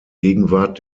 gegenwart